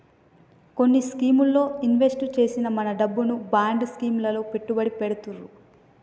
కొన్ని స్కీముల్లో ఇన్వెస్ట్ చేసిన మన డబ్బును బాండ్ స్కీం లలో పెట్టుబడి పెడతుర్రు